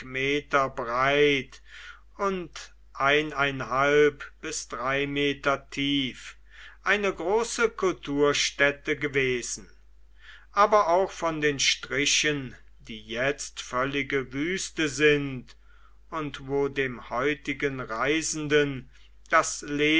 meter breit und bis drei meter tief eine große kulturstätte gewesen aber auch von den strichen die jetzt völlige wüste sind und wo dem heutigen reisenden das